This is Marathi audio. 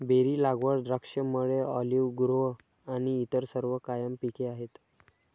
बेरी लागवड, द्राक्षमळे, ऑलिव्ह ग्रोव्ह आणि इतर सर्व कायम पिके आहेत